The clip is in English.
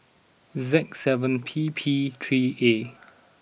Z seven P P three A